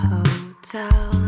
Hotel